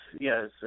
yes